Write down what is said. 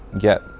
get